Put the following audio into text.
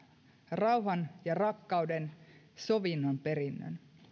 rauhan ja rakkauden sovinnon perinnön